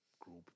Group